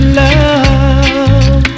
love